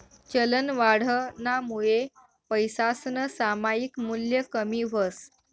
चलनवाढनामुये पैसासनं सामायिक मूल्य कमी व्हस